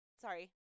sorry